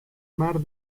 mar